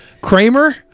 Kramer